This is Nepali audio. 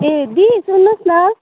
ए दिदी सुन्नुहोस् न